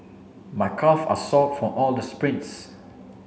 my calve are sore from all the sprints